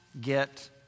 get